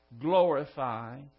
Glorify